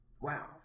Wow